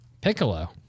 Piccolo